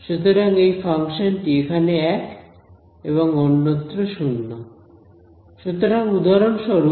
সুতরাং এই ফাংশন টি এখানে 1 এবং অন্যত্র 0